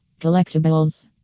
Collectibles